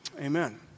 Amen